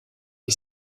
est